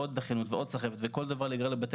עוד דחייה ועוד סחבת ולגבי כל דבר להגיע לבתי